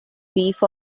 beef